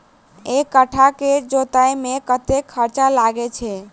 एक कट्ठा केँ जोतय मे कतेक खर्चा लागै छै?